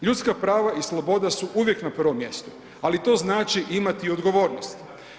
Ljudska prava i sloboda su uvijek na prvom mjestu, ali to znači imati odgovornost.